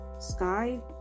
Sky